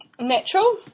natural